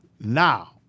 Now